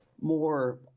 more